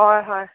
হয় হয়